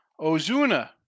Ozuna